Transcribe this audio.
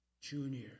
Junior